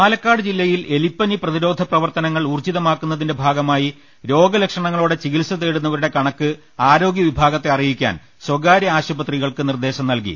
പാലക്കാട് ജില്ലയിൽ എലിപ്പനി പ്രതിരോധ പ്രവർത്തനങ്ങൾ ഊൌർജ്ജിതമാക്കുന്നതിന്റെ ഭാഗമായി രോഗലക്ഷണങ്ങളോടെ ചികിത്സതേടുന്നവരുടെ കണക്ക് ആരോഗ്യവിഭാഗത്തെ അറിയിക്കാൻ സ്വകാര്യ ആശുപത്രി കൾക്ക് നിർദ്ദേശം നൽകി